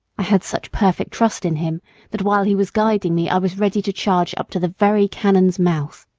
i had such perfect trust in him that while he was guiding me i was ready to charge up to the very cannon's mouth.